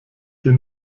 hier